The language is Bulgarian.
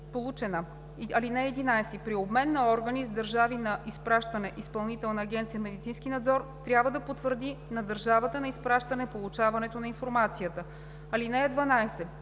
получена. (11) При обмен на органи с държави на изпращане Изпълнителна агенция „Медицински надзор“ трябва да потвърди на държавата на изпращане получаването на информацията. (12)